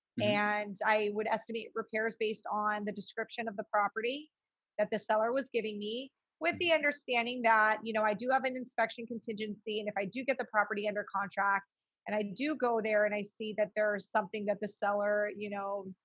and i would estimate repairs based on the description of the property that the seller was giving me with the understanding that, you know, i do have an inspection contingency and if i do get the property under contract and i do go there and i see that there is something that the seller, you know,